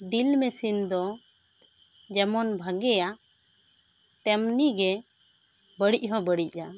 ᱰᱤᱞ machine ᱫᱚ ᱡᱮᱢᱚᱱ ᱵᱷᱟᱹᱜᱤᱭᱟ ᱛᱮᱢᱱᱤ ᱜᱮ ᱵᱟᱹᱲᱤᱡ ᱦᱚᱸ ᱵᱟᱹᱲᱤᱡᱟ